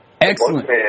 Excellent